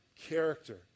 character